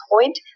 point